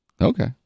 okay